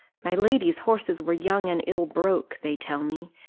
my lady's horses were young and ill broke, they tell me,